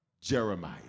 Jeremiah